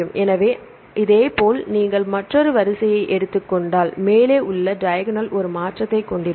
எனவே இதேபோல் நீங்கள் மற்றொரு வரிசையை எடுத்து இருந்தால் மேலே உள்ள டையக்னல் ஒரு மாற்றத்தை கொண்டிருக்கும்